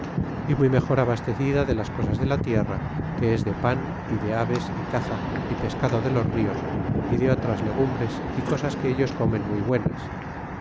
y muy mejor abastecida de las cosas de la tierra que es de pan y de aves y caza y pescado de los nos y de otras legumbres y cosas que ellos comen muy buenas